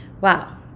wow